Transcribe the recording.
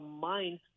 mind